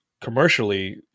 commercially